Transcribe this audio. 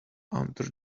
under